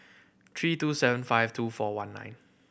three two seven five two four one nine